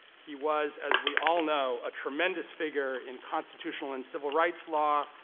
he was, as we all know, a tremendous figure in constitutional and civil rights law,